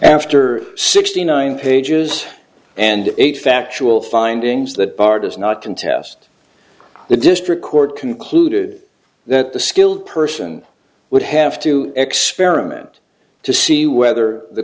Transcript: after sixty nine pages and eight factual findings that bar does not contest the district court concluded that the skilled person would have to experiment to see whether the